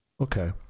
Okay